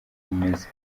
imeze